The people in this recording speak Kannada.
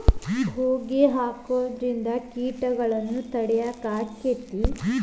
ಹೊಗಿ ಹಾಕುದ್ರಿಂದ ಕೇಟಗೊಳ್ನ ತಡಿಯಾಕ ಆಕ್ಕೆತಿ?